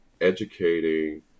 educating